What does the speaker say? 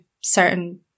certain